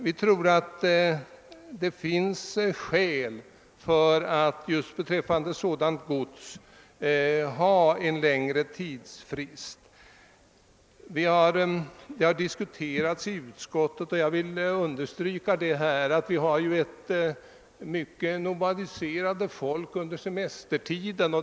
Vi tror att det finns skäl för att just beträffande sådant gods ha en längre tidsfrist. Det har framhållits i utskottet, och jag vill understryka det här, att vårt folk är mycket nomadiserande under semestertiden.